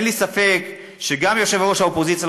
אין לי ספק שגם יושב-ראש האופוזיציה,